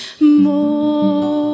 more